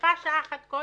ויפה שעה אחת קודם.